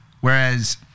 Whereas